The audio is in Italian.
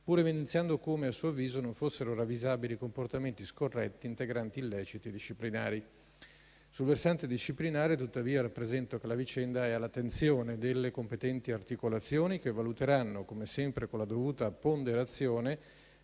pur evidenziando come - a suo avviso - non fossero ravvisabili comportamenti scorretti integranti illeciti disciplinari. Sul versante disciplinare, tuttavia, rappresento che la vicenda è all'attenzione delle competenti articolazioni, che valuteranno - come sempre, con la dovuta ponderazione